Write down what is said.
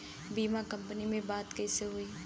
बीमा कंपनी में बात कइसे होई?